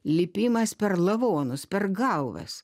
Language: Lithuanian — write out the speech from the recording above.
lipimas per lavonus per galvas